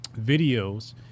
videos